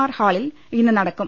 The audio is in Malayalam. ആർ ഹാളിൽ ഇന്ന് നടക്കും